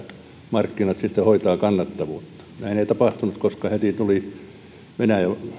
markkinat sitten hoitavat kannattavuutta näin ei tapahtunut koska heti tulivat venäjän